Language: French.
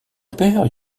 père